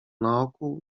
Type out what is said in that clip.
naokół